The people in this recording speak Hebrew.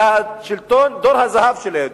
זה שלטון תור הזהב של היהדות.